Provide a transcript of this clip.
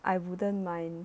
I wouldn't mind